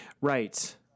right